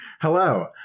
Hello